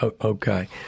Okay